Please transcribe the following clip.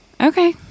Okay